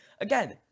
Again